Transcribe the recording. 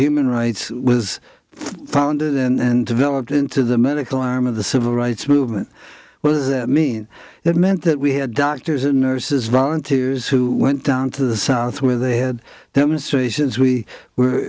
human rights was founded and developed into the medical arm of the civil rights movement well i mean it meant that we had doctors and nurses volunteers who went down to the south where they had demonstrations we were